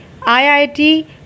IIT